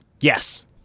Yes